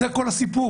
זה כל הסיפור.